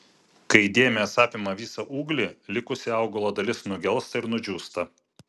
kai dėmės apima visą ūglį likusi augalo dalis nugelsta ir nudžiūsta